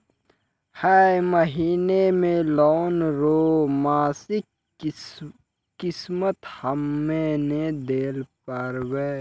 है महिना मे लोन रो मासिक किस्त हम्मे नै दैल पारबौं